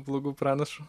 blogu pranašu